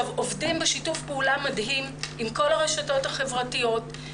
עובדים בשיתוף פעולה מדהים עם כל הרשתות החברתיות,